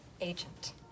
agent